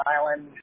Island